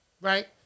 Right